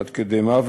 עד כדי מוות,